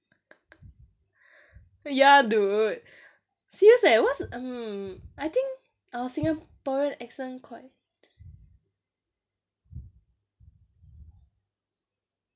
ya dude serious eh what's mm I think our singaporean accent quite